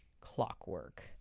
clockwork